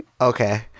Okay